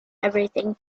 everything